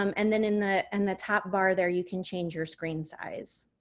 um and then in the and the top bar there you can change your screen size.